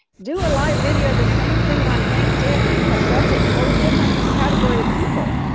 do a live video, the same thing on linkedin, because that's a whole different category of people.